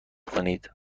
کنید